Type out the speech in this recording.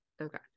Okay